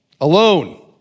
Alone